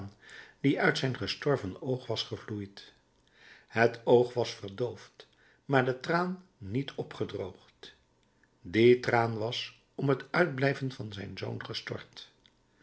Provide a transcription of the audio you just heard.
die uit zijn gestorven oog was gevloeid het oog was verdoofd maar de traan niet opgedroogd die traan was om het uitblijven van zijn zoon gestort